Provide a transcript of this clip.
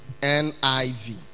NIV